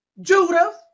Judith